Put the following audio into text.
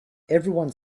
everyone